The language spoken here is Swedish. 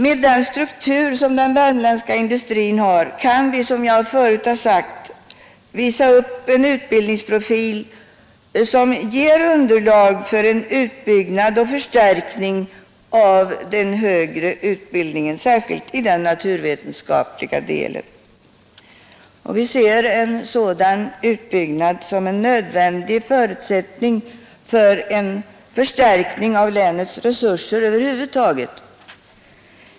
Med den struktur som den värmländska industrin har kan vi, som jag förut har sagt, visa upp en utbildningsprofil som ger underlag för en utbyggnad och förstärkning av den högre utbildningen särskilt i den naturvetenskapliga delen. Vi ser en sådan utbyggnad som en nödvändig förutsättning för en förstärkning av länets resurser över huvud taget.